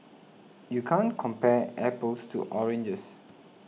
you can't compare apples to oranges